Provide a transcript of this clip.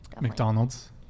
mcdonald's